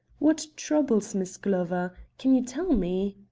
what troubles miss glover? can you tell me?